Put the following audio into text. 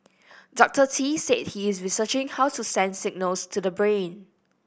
Doctor Tee said he is researching how to send signals to the brain